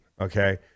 okay